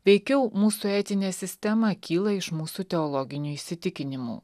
veikiau mūsų etinė sistema kyla iš mūsų teologinių įsitikinimų